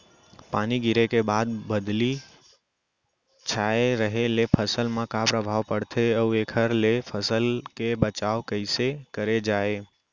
पानी गिरे के बाद बदली छाये रहे ले फसल मा का प्रभाव पड़थे अऊ एखर ले फसल के बचाव कइसे करे जाये?